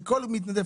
כל מתנדב,